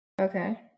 Okay